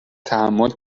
تحمل